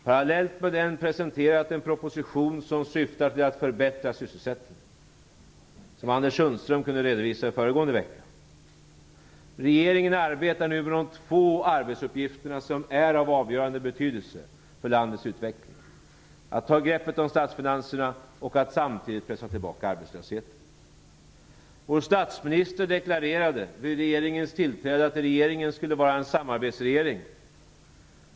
Parallellt med denna proposition presenteras en proposition som syftar till att förbättra sysselsättningen, som Anders Sundström kunde redovisa i föregående vecka. Regeringen arbetar nu med de två arbetsuppgifter som är av avgörande betydelse för landets utveckling: att ta greppet om statsfinanserna och samtidigt pressa tillbaka arbetslösheten. Vår statsminister deklarerade vid regeringens tillträde att regeringen skulle vara en samarbetsregering.